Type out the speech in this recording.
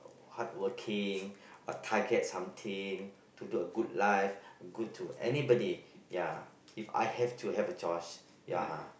hardworking a target something to do a good life good to anybody ya If I have to have a choice